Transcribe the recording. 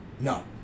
No